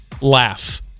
laugh